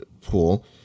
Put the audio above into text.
pool